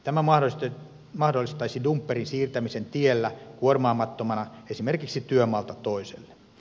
tämä mahdollistaisi dumpperin siirtämisen tiellä kuormaamattomana esimerkiksi työmaalta toiselle